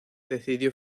decidió